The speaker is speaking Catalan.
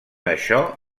això